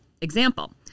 Example